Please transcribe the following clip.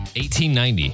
1890